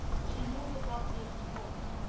she knew without being told,